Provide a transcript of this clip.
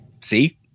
See